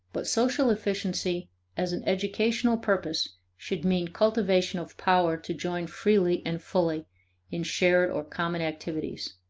but social efficiency as an educational purpose should mean cultivation of power to join freely and fully in shared or common activities.